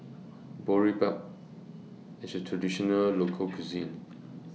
Boribap IS A Traditional Local Cuisine